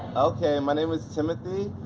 okay, my name is timothy.